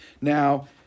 Now